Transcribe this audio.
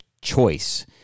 choice